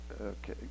okay